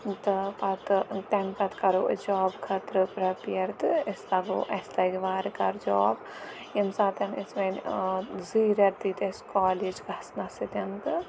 تہٕ پَتہٕ تَمہِ پَتہٕ کَرو أسۍ جاب خٲطرٕ پرٛپِیَر تہٕ أسۍ لاگو تہٕ اَسہِ لَگہِ وارٕ کارٕ جاب ییٚمہِ ساتن أسۍ وۄنۍ زٕے رٮ۪تھ دِتۍ اَسہِ کالیج گژھنَس سۭتۍ تہٕ